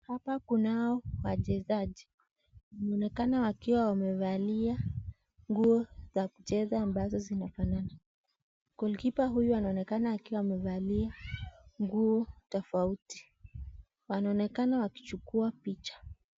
Hapa kunao wachezaji, wanaonekana wakiwa wamevalia nguo za kucheza ambazo zimefanana, goalkeeper huyu anaonekana akiwa amevalia nguo tofauti, wanaonekana wakichukua picha.